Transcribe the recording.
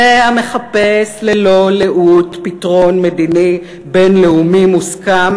זה המחפש ללא לאות פתרון מדיני בין-לאומי מוסכם